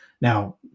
Now